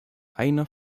einer